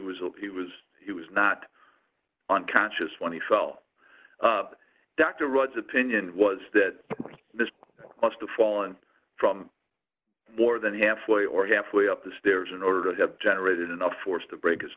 e he was he was not unconscious when he fell dr rudd's opinion was that this must have fallen from more than halfway or halfway up the stairs in order to have generated enough force to break his